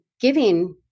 giving